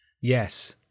Yes